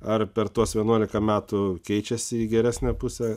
ar per tuos vienuolika metų keičiasi į geresnę pusę